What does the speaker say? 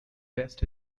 best